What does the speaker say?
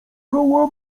koło